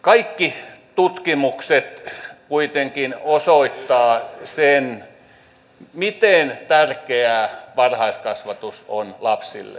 kaikki tutkimukset kuitenkin osoittavat sen miten tärkeää varhaiskasvatus on lapsille